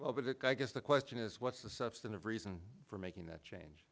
because i guess the question is what's the substantive reason for making that change